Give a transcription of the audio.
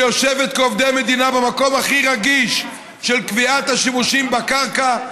שיושבת כעובדי מדינה במקום הכי רגיש של קביעת השימושים בקרקע.